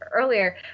earlier